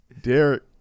Derek